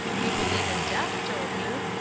you believe in death, don't you?